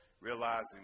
realizing